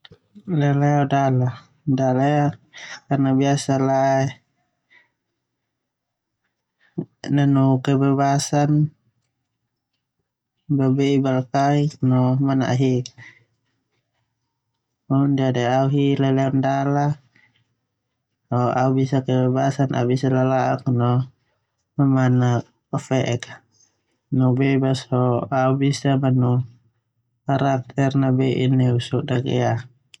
Dala. Leleo dala ia karna biasa lae dala manu kebebasan, babe'i balkaik no manaahik, karn Au hi kebebasan ho au bisa lala'ok lo mamank fe'ek no bebas boema ah bisa manu karakter nabe'i neu sodak ia.